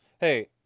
Hey